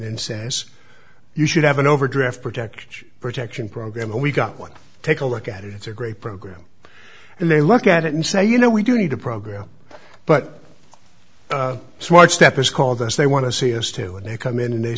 and says you should have an overdraft protection protection program and we've got one take a look at it it's a great program and they look at it and say you know we do need a program but smart step is called us they want to see us too and they come in and they